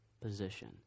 position